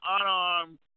unarmed